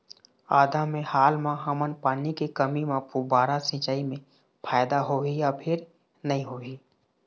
आदा मे हाल मा हमन पानी के कमी म फुब्बारा सिचाई मे फायदा होही या फिर नई होही?